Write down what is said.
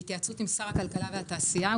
בהתייעצות עם שר הכלכלה והתעשייה,